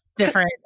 different